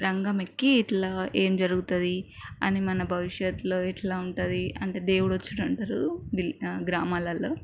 రంగం ఎక్కి ఇట్లా ఎం జరుగుతుంది అని మన భవిష్యత్తులో ఇట్లా ఉంటుంది అంటే దేవుడు వచ్చిండు అని అంటారు గ్రామాలల్లో